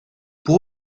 pour